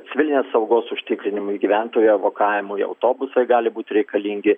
civilinės saugos užtikrinimui gyventojų evakavimui autobusai gali būt reikalingi